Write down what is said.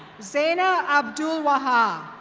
zena abdul ah